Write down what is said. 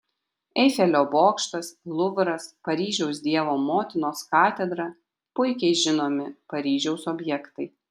eifelio bokštas luvras paryžiaus dievo motinos katedra puikiai žinomi paryžiaus objektai